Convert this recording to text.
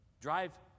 drive